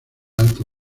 alta